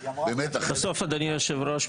בסוף אדוני יושב הראש,